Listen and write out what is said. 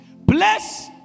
Bless